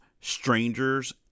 strangers